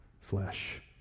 flesh